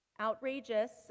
Outrageous